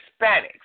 Hispanics